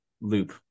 loop